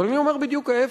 אבל אני אומר בדיוק ההיפך.